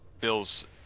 Bill's